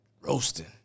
Roasting